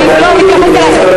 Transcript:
אני דורשת להגיב.